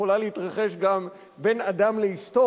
שיכולה להתרחש גם בין אדם לאשתו,